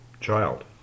child